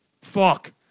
Fuck